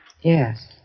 Yes